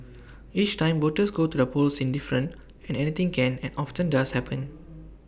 each time voters go to the polls is different and anything can and often does happen